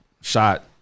Shot